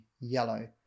yellow